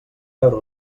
veure